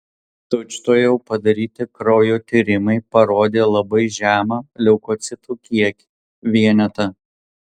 tučtuojau padaryti kraujo tyrimai parodė labai žemą leukocitų kiekį vienetą